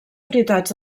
unitats